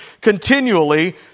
continually